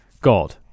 God